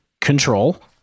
control